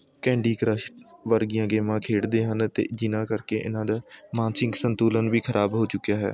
candy crush ਵਰਗੀਆ ਗੇਮਾਂ ਖੇਡਦੇ ਹਨ ਅਤੇ ਜਿਹਨਾਂ ਕਰਕੇ ਇਨ੍ਹਾਂ ਦਾ ਮਾਨਸਿਕ ਸੰਤੁਲਨ ਵੀ ਖਰਾਬ ਹੋ ਚੁੱਕਿਆ ਹੈ